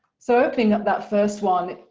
so opening up that first one,